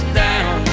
down